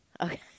Okay